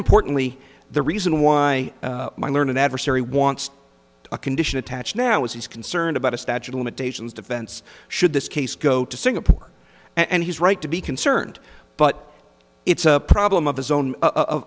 importantly the reason why my learned adversary wants a condition attached now is he's concerned about a statute limitations defense should this case go to singapore and he's right to be concerned but it's a problem of his own